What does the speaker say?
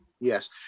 yes